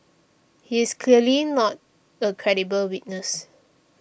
he is clearly not a credible witness